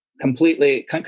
completely